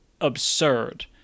absurd